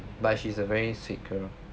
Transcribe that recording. um but she's a very sweet girl